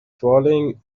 crawling